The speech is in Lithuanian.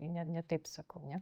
ne ne taip sakau ne